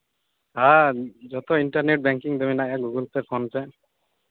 ᱦᱮᱸ ᱡᱚᱛᱚ internet banking ᱢᱮᱱᱟᱜᱼᱟ ᱜᱩᱜᱳᱞ ᱯᱮ ᱯᱷᱳᱱ ᱯᱮ